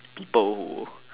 people